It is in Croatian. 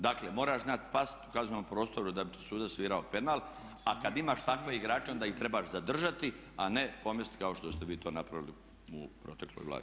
Dakle, moraš znat past u kaznenom prostoru da bi ti sudac svirao penal, a kad imaš takve igrače onda ih trebaš zadržati, a ne pomesti kao što ste vi to napravili u protekloj Vladi.